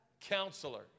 Counselor